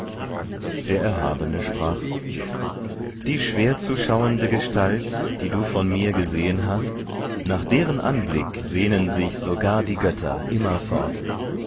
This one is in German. der erhabene sprach die schwer zu schauende gestalt die du von mir gesehen hast nach deren anblick sehnen sich sogar die götter